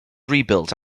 rebuilt